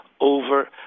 over